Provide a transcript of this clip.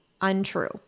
untrue